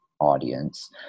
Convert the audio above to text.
audience